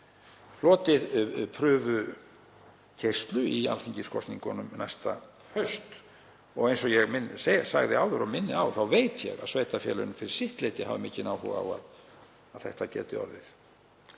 gæti hlotið prufukeyrslu í alþingiskosningunum næsta haust. Eins og ég sagði áður og minni á þá veit ég að sveitarfélögin hafa fyrir sitt leyti mikinn áhuga á að þetta geti orðið.